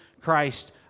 Christ